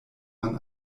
man